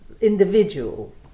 individual